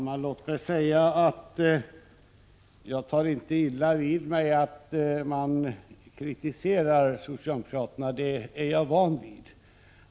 Prot. 1986/87:99 Fru talman! Låt mig säga att jag inte tar illa vid mig att man kritiserar — 1 april 1987 socialdemokraterna. Det är jag van vid.